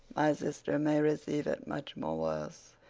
my sister may receive it much more worse,